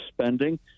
spending